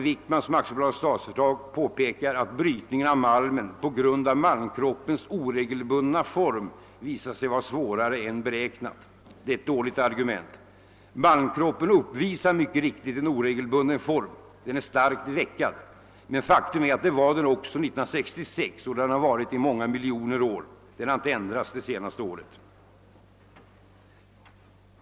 företag AB påpekar att brytningen av malmen, på grund av malmkroppens oregelbundna form, visat sig vara svårare än beräknat. Det är ett dåligt argument. Malmkroppen uppvisar mycket riktigt en oregelbunden form — den är starkt veckad — men faktum är att den var det också 1966 och har varit det i åtskilliga miljoner år. Den har inte ändrats det senaste året.